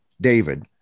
David